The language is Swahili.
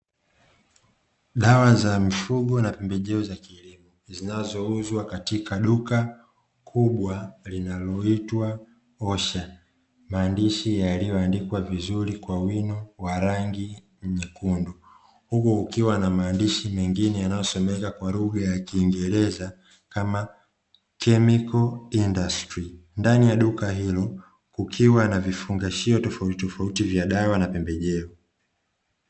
Dawa za mifugo na pembejeo za kijamii zinazouzwa katika duka kubwa linaloitwa Osha, liliyoandikwa vizuri kwa wino ukiwa na maandishi mengine yanayosomeka kwa lugha ya kiingereza kama kemiko industri. ndani ya duka hilo kukiwa na vifungashio tofauti tofauti vya dawa na pembejeo.